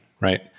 right